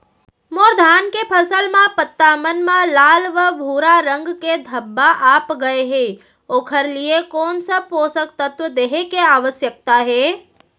मोर धान के फसल म पत्ता मन म लाल व भूरा रंग के धब्बा आप गए हे ओखर लिए कोन स पोसक तत्व देहे के आवश्यकता हे?